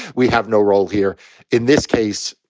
we have no role here in this case.